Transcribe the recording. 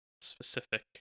specific